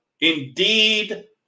indeed